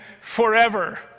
forever